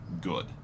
good